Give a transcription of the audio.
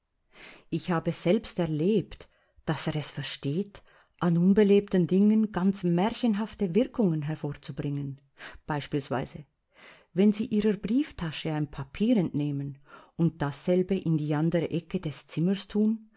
ich habe selbst erlebt daß er es versteht an unbelebten dingen ganz märchenhafte wirkungen hervorzubringen beispielsweise wenn sie ihrer brieftasche ein papier entnehmen und dasselbe in die andere ecke des zimmers tun